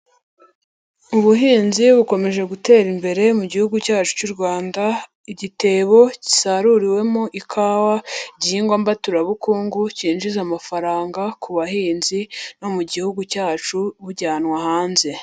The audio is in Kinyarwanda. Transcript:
Ubuhinzi bukomeje gutera imbere mu gihugu cyacu cy'u Rwanda, igitebo gisaruriwemo ikawa, igihingwa mbaturabukungu cyinjiza amafaranga ku bahinzi no mu gihugu cyacu bujyanwa hanze.